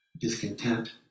discontent